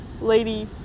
lady